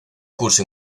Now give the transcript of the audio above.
curso